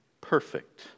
perfect